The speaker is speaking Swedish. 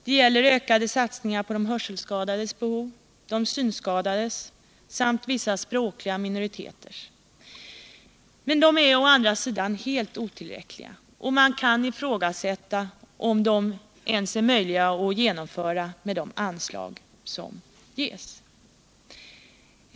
Det gäller ökade satsningar på de hörselskadades behov, de synskadades behov samt vissa språkliga minoriteters behov, men de är å andra sidan helt otillräckliga. Och man kan ifrågasätta om de ens är möjliga att genomföra med de anslag som ges.